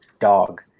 dog